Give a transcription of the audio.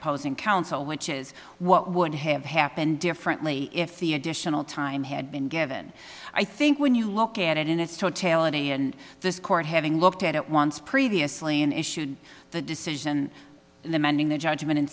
opposing counsel which is what would have happened differently if the additional time had been given i think when you look at it in its totality and this court having looked at it once previously and issued the decision in amending the judgment and